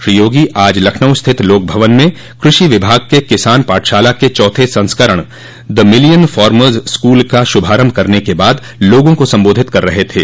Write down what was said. श्री यागी आज लखनऊ स्थित लोकभवन में कृषि विभाग के किसान पाठशाला के चौथे संस्करण द मिलियन फार्मर्स स्कूल का शभारम्भे करने के बाद लोगों को सम्बोधित कर रहे थे